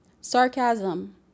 Sarcasm